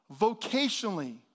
vocationally